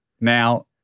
now